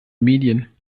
medien